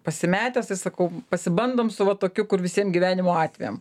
pasimetęs tai sakau pasibandom su va tokiu kur visiem gyvenimo atvejam